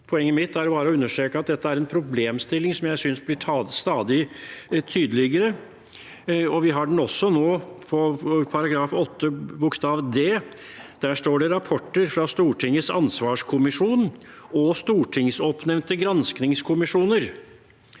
Poenget mitt er å understreke at dette er en problemstilling som jeg synes blir stadig tydeligere, og vi har den også nå, i § 14 punkt 8 d. Der står det «rapporter fra Stortingets ansvarskommisjon og stortingsoppnevnte granskingskommisjoner».